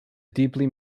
deeply